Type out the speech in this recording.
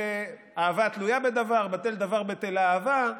אהבה התלויה בדבר, בטל דבר בטלה אהבה?